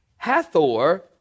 Hathor